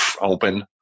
open